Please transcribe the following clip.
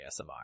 ASMR